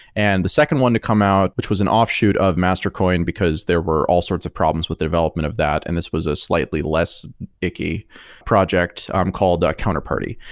and the second one to come out, which was an offshoot of mastercoin, because there were all sorts of problems with the development of that, and this was a slightly less icky projects um called counterparty.